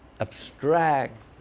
abstract